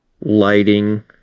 Lighting